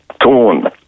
torn